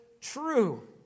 true